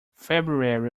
february